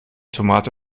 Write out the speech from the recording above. tomate